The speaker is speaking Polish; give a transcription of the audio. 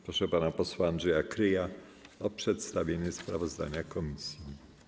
Proszę pana posła Andrzeja Kryja o przedstawienie sprawozdania komisji.